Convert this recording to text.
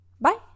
Bye